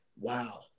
wow